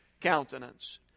countenance